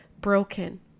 broken